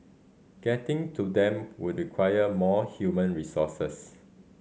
getting to them would require more human resources